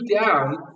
down